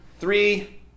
Three